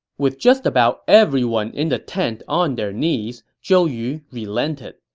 with just about everyone in the tent on their knees, zhou yu relented.